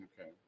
Okay